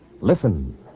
Listen